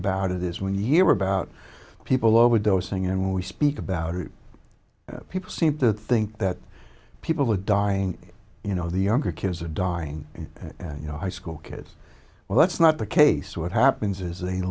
about of this when you hear about people overdosing and when we speak about it people seem to think that people are dying you know the younger kids are dying and you know high school kids well that's not the case what happens is they